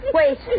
Wait